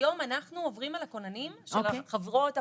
היום אנחנו עוברים על הכוננים של החברות הפרטיות,